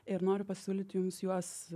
ir noriu pasiūlyti jums juos